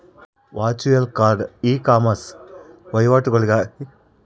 virtual card ecommerce ವಹಿವಾಟುಗಳಿಗಾಗಿ ರಚಿಸಲಾದ ಮಿತಿ ಡೆಬಿಟ್ ಕಾರ್ಡ್ ಆಗಿದೆ